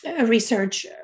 research